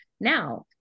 Now